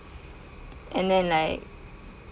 and then like